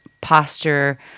posture